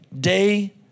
day